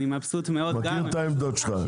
אני מבסוט מאוד -- מתאים את העמדות שלך.